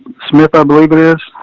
smith, i believe it is,